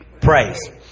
Praise